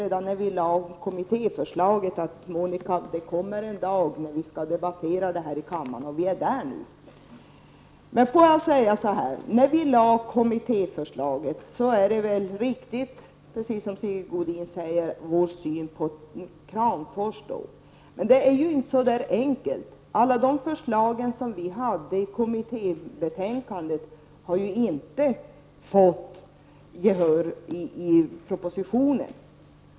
Redan när kommittéförslaget lades fram sade han: ”Monica, det kommer en dag då vi skall debattera det här i kammaren”. Och nu är vi där. Det är riktigt som Sigge Godin sade att kommittéförslaget ger uttryck vår syn på Kramfors. Men det är inte så enkelt. Alla förslag som finns i kommittébetänkandet har ju inte fått gehör i propositionen.